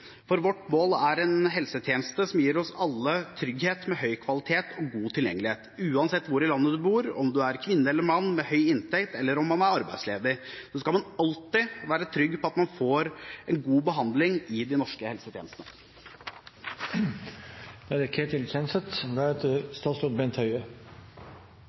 for vårt mål er en helsetjeneste som gir oss alle trygghet, med høy kvalitet og god tilgjengelighet. Uansett hvor i landet man bor, om man er kvinne eller mann med høy inntekt eller om man er arbeidsledig, så skal man alltid være trygg på at man får en god behandling i de norske helsetjenestene.